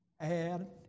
Add